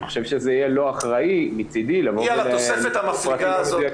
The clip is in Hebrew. אני חושב שזה יהיה לא אחראי מצידי לבוא ולתת פרטים מדוייקים.